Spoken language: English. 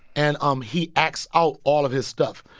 and um he acts out all of his stuff,